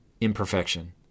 imperfection